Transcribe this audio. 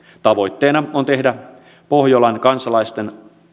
tavoitteena on tehdä pohjolan kansalaisten